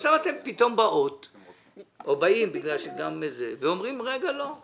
עכשיו אתם פתאום באים ואומרים: רגע, לא.